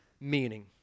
meaning